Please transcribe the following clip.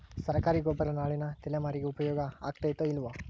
ಸರ್ಕಾರಿ ಗೊಬ್ಬರ ನಾಳಿನ ತಲೆಮಾರಿಗೆ ಉಪಯೋಗ ಆಗತೈತೋ, ಇಲ್ಲೋ?